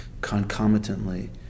concomitantly